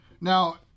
Now